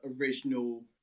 original